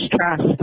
trust